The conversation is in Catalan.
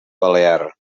balear